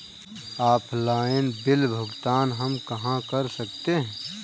Offline bill भुगतान हम कहां कर सकते हैं?